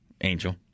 Angel